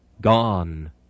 gone